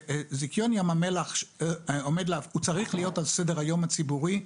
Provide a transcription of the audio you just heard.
זיכיון ים המלח צריך להיות על סדר היום הציבורי בהקדם.